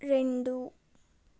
రెండు